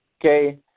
Okay